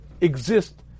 exist